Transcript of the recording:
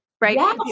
right